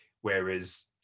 whereas